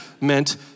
meant